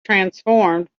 transformed